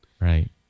Right